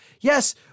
yes